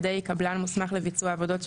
קבלן מוסמך לביצוע העבודות,